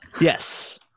Yes